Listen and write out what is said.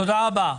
תודה רבה.